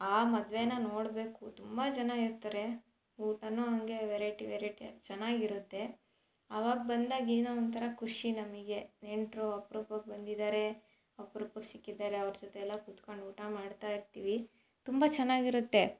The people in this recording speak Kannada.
ಆ ಮದುವೆನ ನೋಡಬೇಕು ತುಂಬ ಜನ ಇರ್ತಾರೆ ಊಟನೂ ಹಂಗೆ ವೆರೈಟಿ ವೆರೈಟಿಯಾಗಿ ಚೆನ್ನಾಗಿರುತ್ತೆ ಅವಾಗ ಬಂದಾಗ ಏನೋ ಒಂಥರ ಖುಷಿ ನಮಗೆ ನೆಂಟರು ಅಪ್ರೂಪಕ್ಕೆ ಬಂದಿದ್ದಾರೆ ಅಪ್ರೂಪಕ್ಕೆ ಸಿಕ್ಕಿದ್ದಾರೆ ಅವ್ರ ಜೊತೆ ಎಲ್ಲ ಕುತ್ಕಂಡು ಊಟ ಮಾಡ್ತಾ ಇರ್ತೀವಿ ತುಂಬ ಚೆನ್ನಾಗಿರುತ್ತೆ